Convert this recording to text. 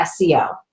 SEO